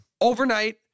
Overnight